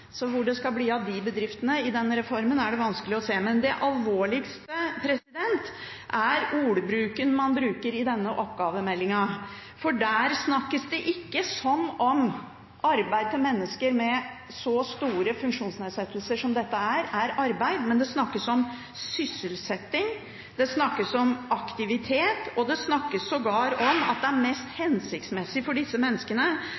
Så hvor det skal bli av de bedriftene i denne reformen, er det vanskelig å se. Men det alvorligste er ordbruken man har i denne oppgavemeldingen, for der snakkes det ikke som om arbeidet til mennesker med så store funksjonsnedsettelser som dette gjelder, er arbeid, men det snakkes om sysselsetting, det snakkes om aktivitet, og det snakkes sågar om at det er mest hensiktsmessig for disse menneskene